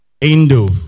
Indo